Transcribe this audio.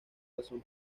razón